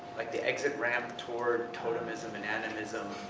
like the exit ramp toward totemism and animism.